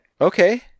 Okay